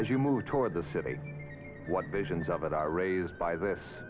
as you move toward the city what visions of it are raised by this